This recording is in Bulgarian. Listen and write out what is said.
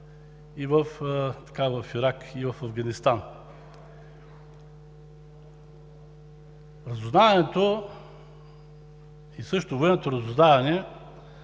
и в Ирак, и в Афганистан. Разузнаването, а също и военното разузнаване